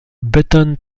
button